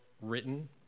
written